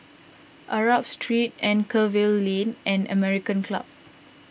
Arab Street Anchorvale Lane and American Club